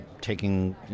taking